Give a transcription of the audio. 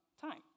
time